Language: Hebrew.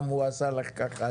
גם הוא עשה לך.